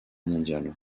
mondiale